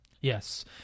Yes